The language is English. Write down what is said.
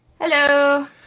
Hello